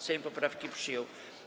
Sejm poprawki przyjął.